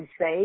say